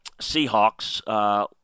Seahawks